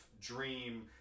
dream